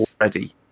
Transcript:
already